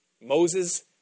Moses